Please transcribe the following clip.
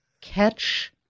catch